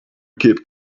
keep